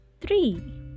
three